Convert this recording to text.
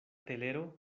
telero